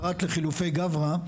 פרט לחילופי גברא,